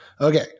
Okay